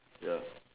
ya